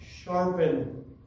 sharpen